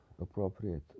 appropriate